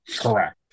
Correct